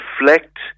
reflect